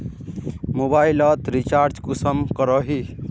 Mobile लोत recharge कुंसम करोही?